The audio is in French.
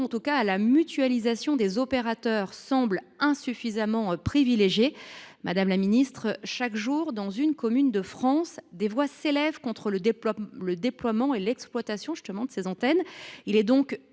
recours à la mutualisation des opérateurs semble insuffisamment privilégié. Madame la ministre, chaque jour, dans une commune de France, des voix s’élèvent contre le déploiement et contre l’exploitation de ces antennes. Il est donc